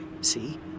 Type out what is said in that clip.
See